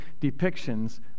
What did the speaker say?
Depictions